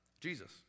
Jesus